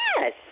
Yes